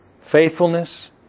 faithfulness